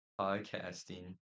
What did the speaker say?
podcasting